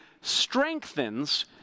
strengthens